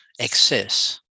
excess